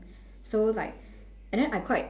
so like and then I quite